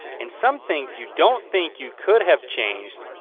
and some things you don't think you could have changed,